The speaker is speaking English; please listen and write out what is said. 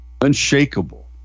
unshakable